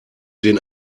den